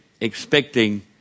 expecting